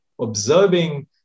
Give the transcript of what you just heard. observing